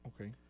Okay